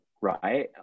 right